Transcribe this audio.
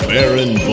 Baron